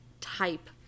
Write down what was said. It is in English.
type